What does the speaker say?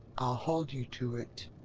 i'll hold you to it.